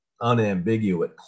unambiguous